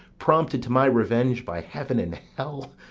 prompted to my revenge by heaven and hell,